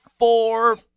Four